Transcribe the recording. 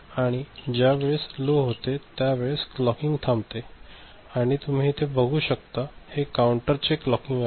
आणि ज्या वेळेस लो होते त्या वेळेस क्लॉकिंग थांबते आणि तुम्ही इथे बघू शकता हे काउंटर चे क्लॉकिंग आहे